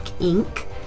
ink